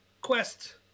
Quest